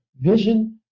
vision